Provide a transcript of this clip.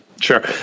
Sure